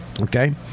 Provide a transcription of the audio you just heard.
Okay